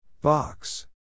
Box